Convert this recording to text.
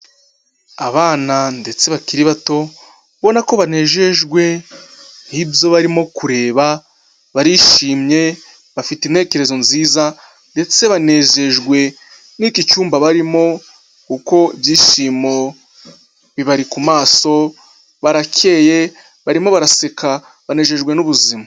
Abana ndetse bakiri bato ubona ko banejejwe n'ibyo barimo kureba barishimye; bafite intekerezo nziza, ndetse banezejwe n'iki cyumba barimo. Kuko ibyishimo bibari ku maso, baracyeye, barimo baraseka, banejejwe n'ubuzima.